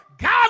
God